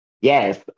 Yes